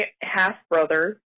half-brother